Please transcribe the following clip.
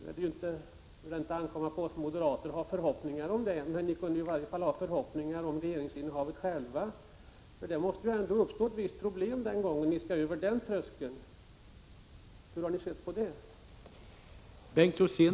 Det ankommer ju inte på oss moderater att ha förhoppningar om att ni skall fortsätta att regera, men ni borde ju själva ha förhoppningar om ett fortsatt regeringsinnehav. Det måste ändå uppstå ett visst problem den gången ni skall över den tröskeln. Hur har ni sett på den saken?